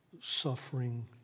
suffering